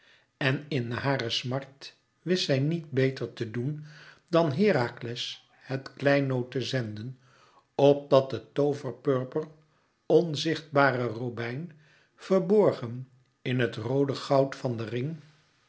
en in hare smart wist zij niet beter te doen dan herakles het kleinood te zenden opdat het tooverpurper onzichtbare robijn verborgen in het roode goud van den ring